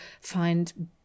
find